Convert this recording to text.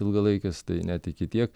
ilgalaikes tai net iki tiek